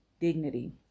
dignity